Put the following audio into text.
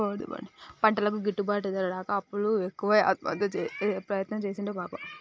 పంటలకు గిట్టుబాటు ధర రాక అప్పులు ఎక్కువై ఆత్మహత్య ప్రయత్నం చేసిండు పాపం